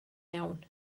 iawn